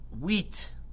wheat